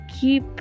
keep